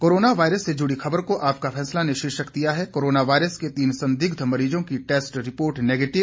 corona virus से जुड़ी खबर को आपका फैसला ने शीर्षक दिया है कोरोना वायरस के तीनों संदिग्ध मरीजों की टेस्ट रिपोर्ट नेगेटिव